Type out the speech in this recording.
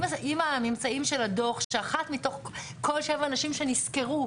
אם הממצאים של הדוח שאחת מתוך כל שבע הנשים שנזכרו,